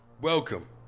welcome